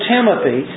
Timothy